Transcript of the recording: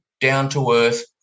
down-to-earth